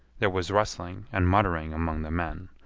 there was rustling and muttering among the men.